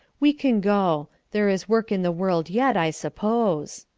we can go. there is work in the world yet, i suppose.